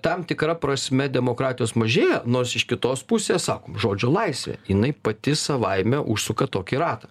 tam tikra prasme demokratijos mažėja nors iš kitos pusės sakom žodžio laisvė jinai pati savaime užsuka tokį ratą